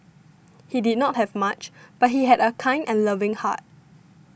he did not have much but he had a kind and loving heart